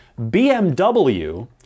BMW